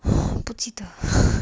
不记得